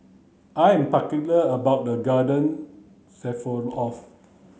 I am particular about the Garden